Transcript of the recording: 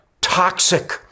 toxic